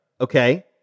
okay